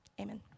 Amen